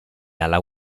alla